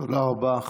תודה רבה.